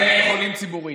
בתי חולים ציבוריים.